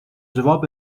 جواب